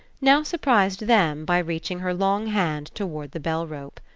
now surprised them by reaching her long hand toward the bell-rope.